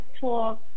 talk